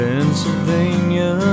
Pennsylvania